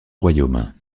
royaume